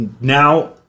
now